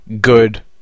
good